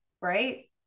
right